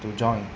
to join